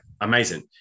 Amazing